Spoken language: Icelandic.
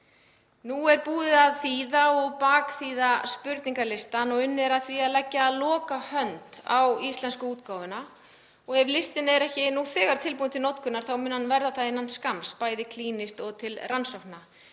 Nú er búið að þýða og bakþýða spurningalistann og unnið er að því að leggja lokahönd á íslensku útgáfuna. Ef listinn er ekki þegar tilbúinn til notkunar þá mun hann verða það innan skamms, bæði klínískt og til rannsókna.